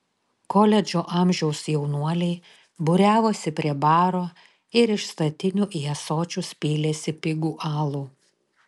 koledžo amžiaus jaunuoliai būriavosi prie baro ir iš statinių į ąsočius pylėsi pigų alų